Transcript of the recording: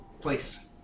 place